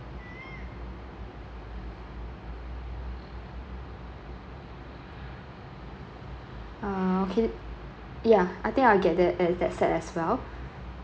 uh okay ya I think I'll get that as that set as well